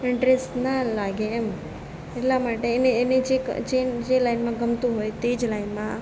interest ના લાગે એમ એટલા માટે એને જે જે જે લાઇનમાં ગમતું હોય તે જ લાઇનમાં